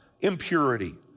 impurity